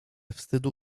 wstydu